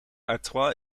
artois